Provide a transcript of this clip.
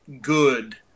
good